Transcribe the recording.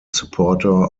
supporter